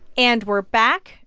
and we're back.